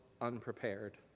unprepared